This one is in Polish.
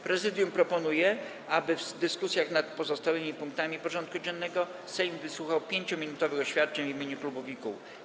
Prezydium Sejmu proponuje, aby w dyskusjach nad pozostałymi punktami porządku dziennego Sejm wysłuchał 5-minutowych oświadczeń w imieniu klubów i kół.